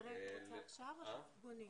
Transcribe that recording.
אנדרי אתה רוצה עכשיו לדבר?